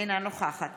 אינה נוכחת